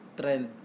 trend